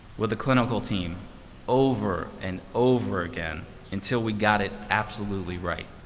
with the clinical team over and over again until we got it absolutely right.